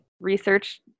research